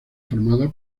formada